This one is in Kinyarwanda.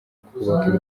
kubaka